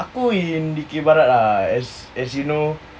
aku in dikir barat ah as you know